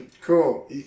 cool